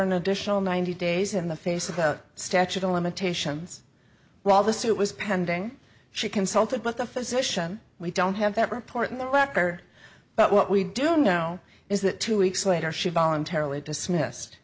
an additional ninety days in the face of the statute of limitations while the suit was pending she consulted with the physician we don't have that report in the laughter but what we do know is that two weeks later she voluntarily dismissed